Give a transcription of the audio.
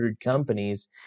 companies